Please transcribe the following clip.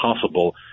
possible